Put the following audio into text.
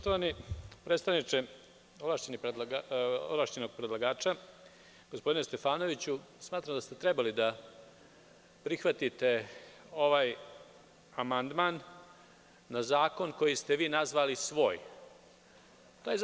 Gospodine ovlašćeni predlagaču, gospodine Stefanoviću, smatram da ste trebali da prihvatite ovaj amandman na zakon koji ste vi nazvali svojim.